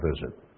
visit